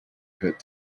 heard